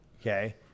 Okay